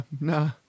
no